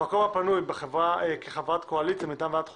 במקום הפנוי כחברת קואליציה מטעם ועדת החוקה,